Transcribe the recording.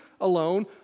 alone